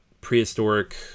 prehistoric